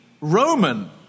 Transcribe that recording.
Roman